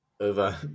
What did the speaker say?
over